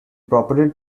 property